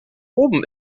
oben